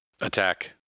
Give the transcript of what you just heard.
Attack